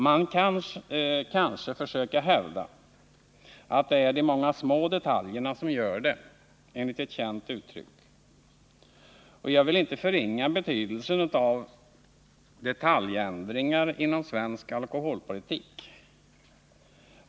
Man kan kanske försöka hävda att ”det är de många små detaljerna som gör det”, enligt ett känt uttryck, och jag vill inte förringa betydelsen av detaljändringar inom svensk alkoholpolitik.